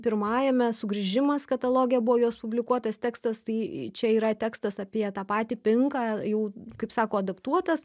pirmajame sugrįžimas kataloge buvo jos publikuotas tekstas tai čia yra tekstas apie tą patį pinką jau kaip sako adaptuotas